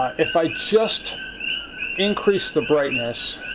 if i just increase the brightness,